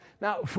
Now